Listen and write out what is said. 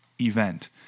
event